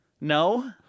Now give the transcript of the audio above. No